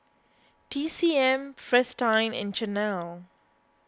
T C M Fristine and Chanel